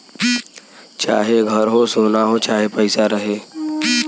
चाहे घर हो, सोना हो चाहे पइसा रहे